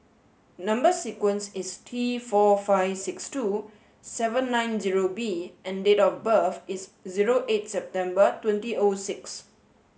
number sequence is T four five six two seven nine zero B and date of birth is zero eight September twenty O six